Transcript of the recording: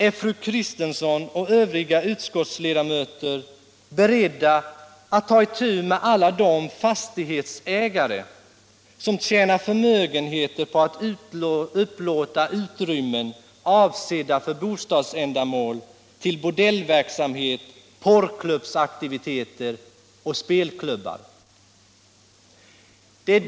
Är fru Kristensson och övriga utskottsledamöter beredda att ta itu med alla de fastighetsägare som tjänar förmögenheter på att upplåta utrymmen - avsedda för bostadsändamål — till bordellverksamhet, porrklubbsaktiviteter och spelklubbar?